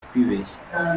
twibeshye